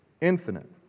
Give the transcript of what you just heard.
infinite